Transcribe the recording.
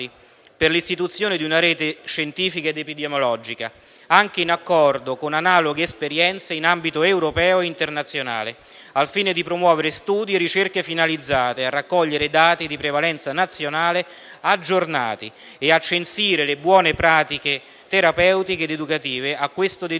per l'istituzione di una rete scientifica ed epidemiologica, anche in raccordo con analoghe esperienze in ambito europeo o internazionale, al fine di promuovere studi e ricerche finalizzate a raccogliere dati di prevalenza nazionale aggiornati e a censire le buone pratiche terapeutiche ed educative a questo dedicate;